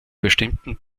bestimmten